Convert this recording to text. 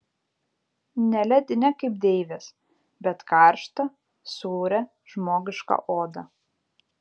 ne ledinę kaip deivės bet karštą sūrią žmogišką odą